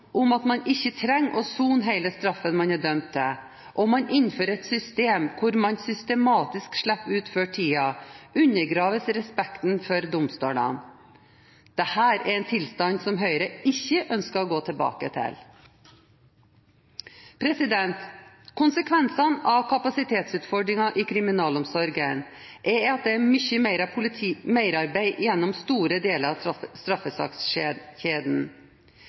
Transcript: om at man ikke trenger å sone hele straffen man er dømt til. Om man innfører et system hvor man systematisk slipper ut før tiden undergraves respekten for domstolene.» Dette er en tilstand som Høyre ikke ønsker å gå tilbake til. Konsekvensene av kapasitetsutfordringen i kriminalomsorgen er at det er mye merarbeid gjennom store deler av